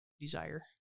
desire